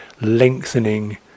lengthening